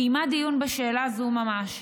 קיימה דיון בשאלה זו ממש.